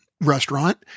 restaurant